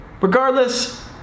Regardless